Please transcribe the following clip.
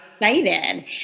excited